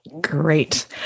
Great